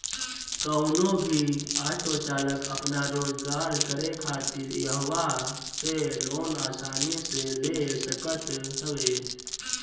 कवनो भी ऑटो चालाक आपन रोजगार करे खातिर इहवा से लोन आसानी से ले सकत हवे